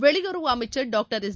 வெளியுறவு அமைச்சர் doctor S